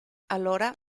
allora